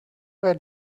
where